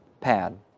pad